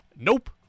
Nope